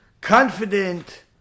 confident